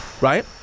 right